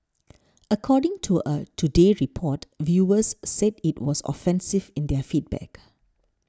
according to a Today Report viewers said it was offensive in their feedback